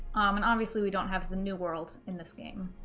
and obviously we don't have the new world in this game,